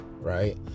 right